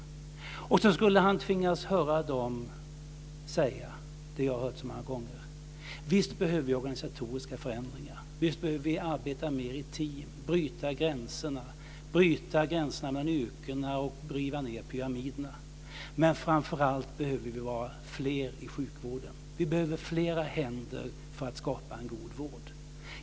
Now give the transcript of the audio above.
Sedan skulle han tvingas höra dem säga det som jag har hört så många gånger: Visst behöver vi organisatoriska förändringar. Visst behöver vi arbeta mer i team, bryta gränserna mellan yrkena och riva ned pyramiderna. Men framför allt behöver vi vara fler i sjukvården. Vi behöver flera händer för att skapa en god vård.